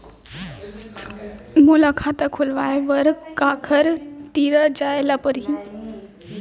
मोला खाता खोलवाय बर काखर तिरा जाय ल परही?